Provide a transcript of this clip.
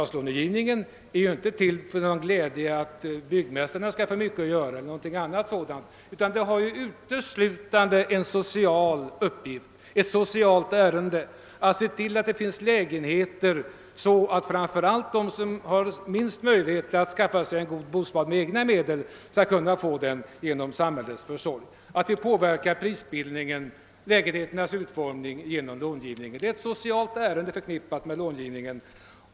Denna är ju inte avsedd för att byggmästarna skall få mycket att göra eller något sådant utan har uteslutande en social uppgift, nämligen att se till att framför allt de som har de minsta möjligheterna att skaffa sig en god bostad med egna medel skall kunna få en lägenhet genom samhällets försorg. Genom bostadslångivningen påverkar därför staten prisbildningen och utformningen av lägenheterna. Det är alltså ett socialt ärende förknippat med långivningen.